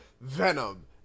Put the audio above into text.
Venom